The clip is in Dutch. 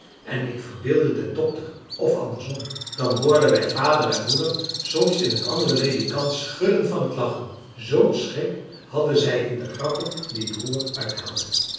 en ik verbeeldde den dokter of andersom dan hoorden wij vader en moeder soms in het andere ledikant schudden van het lachen zoo'n schik hadden zij in de grappen die broer